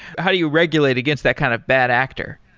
how do you regulate against that kind of bad actor?